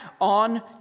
on